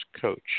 Coach